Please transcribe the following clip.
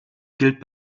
gilt